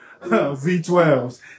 V12s